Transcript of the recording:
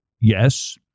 yes